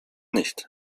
nicht